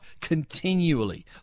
continually